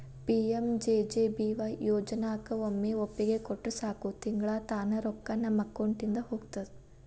PMJJBY ಯೋಜನಾಕ ಒಮ್ಮೆ ಒಪ್ಪಿಗೆ ಕೊಟ್ರ ಸಾಕು ತಿಂಗಳಾ ತಾನ ರೊಕ್ಕಾ ನಮ್ಮ ಅಕೌಂಟಿದ ಹೋಗ್ತದ